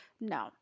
no